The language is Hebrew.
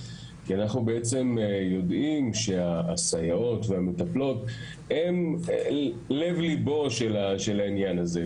כי אנחנו בעצם יודעים שהסייעות והמטפלות הן לב ליבו של העניין הזה.